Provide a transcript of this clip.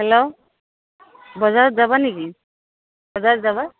hello বজাৰত যাবা নেকি বজাৰত যাবা